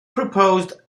proposed